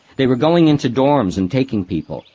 they were going into dorms and taking people,